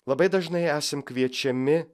labai dažnai esam kviečiami